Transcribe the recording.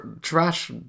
Trash